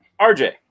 RJ